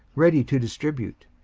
ready to distribute,